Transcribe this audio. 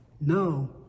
No